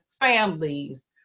families